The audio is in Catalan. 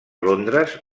londres